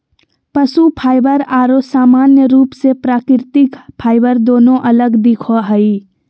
पशु फाइबर आरो सामान्य रूप से प्राकृतिक फाइबर दोनों अलग दिखो हइ